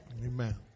Amen